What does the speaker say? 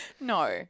No